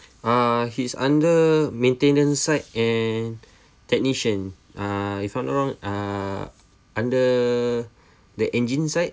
uh he is under maintenance side and technician uh if I'm not wrong uh under the engine side